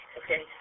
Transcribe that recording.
okay